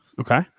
Okay